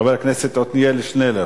חבר הכנסת עתניאל שנלר.